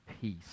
peace